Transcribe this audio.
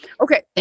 Okay